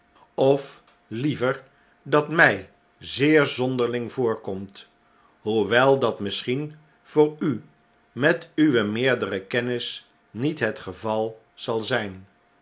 of liever dat mij zeer zonderling voorkomt hoewel dat misschien voor u met uwe meerdere kennis niet het geval zal zyn